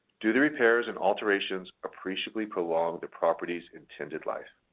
do the repairs and alterations appreciably prolong the property's intended life?